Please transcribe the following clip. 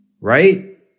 right